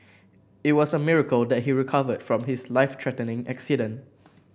it was a miracle that he recovered from his life threatening accident